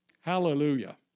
Hallelujah